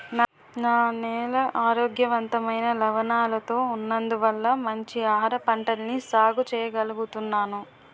నా నేల ఆరోగ్యవంతమైన లవణాలతో ఉన్నందువల్ల మంచి ఆహారపంటల్ని సాగు చెయ్యగలుగుతున్నాను